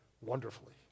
wonderfully